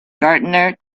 gardener